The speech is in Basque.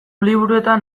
liburuetan